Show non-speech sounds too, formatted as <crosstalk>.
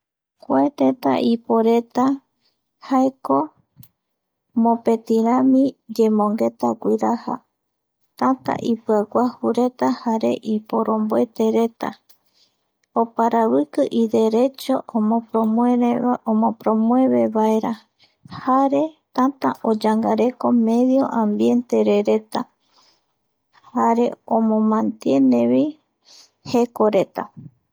Kua tëta iporeta <noise> jaeko, mopetirami <noise> yemongeta guira <noise> tätä ipiaguajureta <noise> jare iporomboetereta oparaviki <noise> iderechos <hesitation> omopromueve <noise> vaera jare <noise> tanta oyangareko <noise> medio ambiente <noise> vaeretare jare <noise> omomantienevi jekoreta <noise>